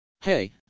Hey